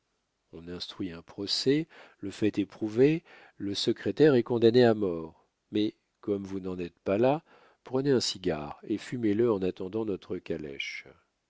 on instruit un procès le fait est prouvé le secrétaire est condamné à mort mais comme vous n'en êtes pas là prenez un cigare et fumez le en attendant notre calèche